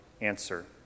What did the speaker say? answer